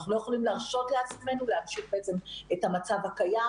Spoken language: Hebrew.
אנחנו לא יכולים להרשות לעצמנו להמשיך את המצב הקיים